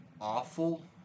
awful